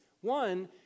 One